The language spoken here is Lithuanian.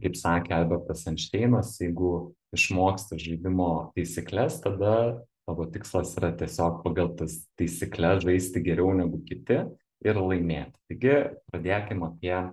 kaip sakė albertas einšteinas jeigu išmoksti žaidimo taisykles tada tavo tikslas yra tiesiog pagal tas taisykles žaisti geriau negu kiti ir laimėti taigi pradėkim apie